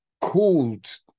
called